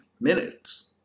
minutes